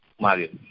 Mario